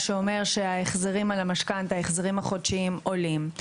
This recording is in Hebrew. מה שאומר שההחזרים החודשיים על המשכנתא עולים,